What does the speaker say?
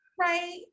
Right